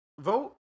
vote